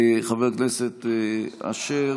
חבר הכנסת אשר,